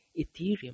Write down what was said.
Ethereum